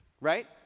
Right